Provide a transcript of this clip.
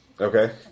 Okay